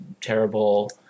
terrible